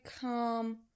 calm